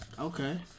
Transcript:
okay